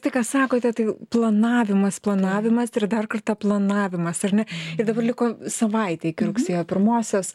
tai ką sakote tai planavimas planavimas ir dar kartą planavimas ar ne ir dabar liko savaitė iki rugsėjo pirmosios